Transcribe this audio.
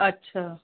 अच्छा